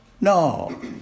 no